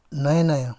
नयाँ नयाँ